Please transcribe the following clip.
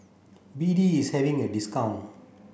B D is having a discount